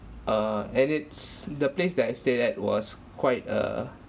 err and it's the place that I stayed at was quite a